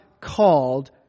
called